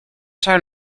town